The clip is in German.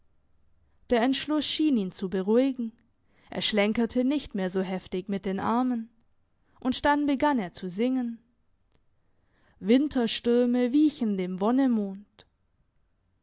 der entschluss schien ihn zu beruhigen er schlenkerte nicht mehr so heftig mit den armen und dann begann er zu singen winterstürme wichen dem